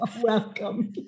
welcome